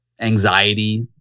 anxiety